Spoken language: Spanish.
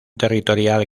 territorial